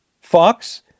Fox